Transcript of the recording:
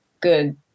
good